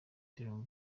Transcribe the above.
dream